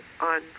on